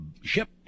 ship